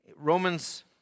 Romans